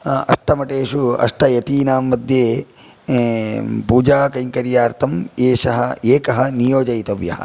अष्टमठेषु अष्टयतीनां मध्ये पूजाकैङ्कर्यार्थम् एषः एकः नियोजयितव्यः